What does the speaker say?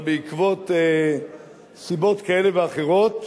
אבל בעקבות סיבות כאלה ואחרות,